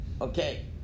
Okay